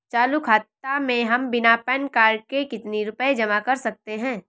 चालू खाता में हम बिना पैन कार्ड के कितनी रूपए जमा कर सकते हैं?